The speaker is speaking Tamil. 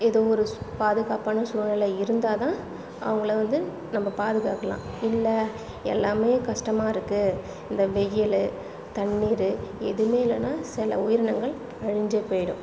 ஏதோ ஒரு சு பாதுகாப்பான சூழலில் இருந்தால் தான் அவங்கள வந்து நம்ம பாதுகாக்கலாம் இல்லை எல்லாமே கஷ்டமாக இருக்கு இந்த வெயில் தண்ணீர் எதுவுமே இல்லைன்னா சில உயிரினங்கள் அழிஞ்சே போயிடும்